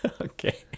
okay